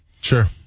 Sure